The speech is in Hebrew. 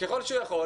ככל שהוא יכול,